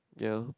ya